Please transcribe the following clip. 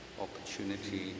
opportunity